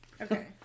Okay